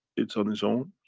it's on its own.